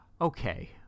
okay